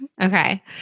Okay